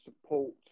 support